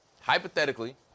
hypothetically